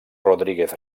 rodríguez